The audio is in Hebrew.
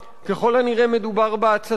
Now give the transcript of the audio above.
ככל הנראה מדובר בהצתה.